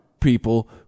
people